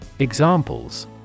Examples